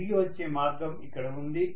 తిరిగి వచ్చే మార్గం ఇక్కడ ఉంది